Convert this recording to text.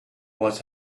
was